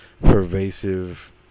pervasive